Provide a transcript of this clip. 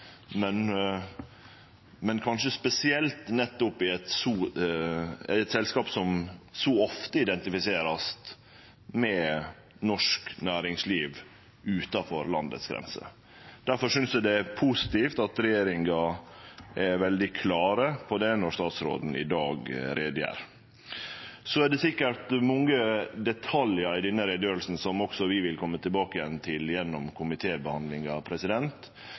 men kanskje spesielt for eit selskap som så ofte vert identifisert med norsk næringsliv utanfor landegrensene. Difor synest eg det er positivt at regjeringa er veldig klar på det når statsråden i dag greier ut om saka. Så er det sikkert mange detaljar i denne utgreiinga som også vi vil kome tilbake til gjennom